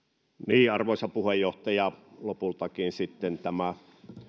käyttöön arvoisa puheenjohtaja lopultakin tämä